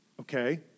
Okay